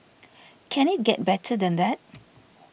can it get better than that